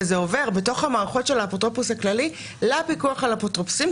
וזה עובר בתוך המערכות של האפוטרופוס הכללי לפיקוח על האפוטרופוסים,